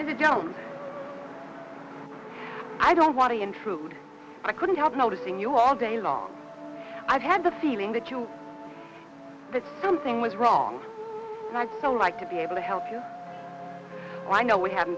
you don't i don't want to intrude i couldn't help noticing you all day long i've had the feeling that you something was wrong and i still like to be able to help you i know we haven't